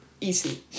Easy